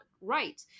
right